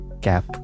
Cap